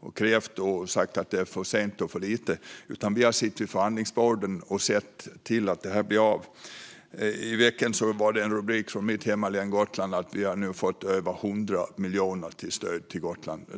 och krävt saker och sagt att det varit för sent och för lite. Vi har suttit vid förhandlingsborden och sett till att detta har blivit av. I veckan såg jag en rubrik i mitt hemlän Gotland som sa att vi nu fått över 100 miljoner i stöd till Gotland.